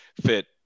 fit